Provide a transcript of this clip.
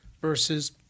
versus